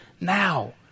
now